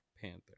Panther